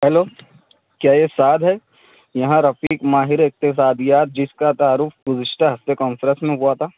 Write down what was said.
hello کیا یہ سعد ہے جی ہاں رفیق ماہر اقتصادیات جس کا تعارف گذشتہ ہفتے کانفرنس میں ہوا تھا